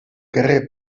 carrer